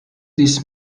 this